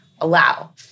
allow